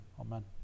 amen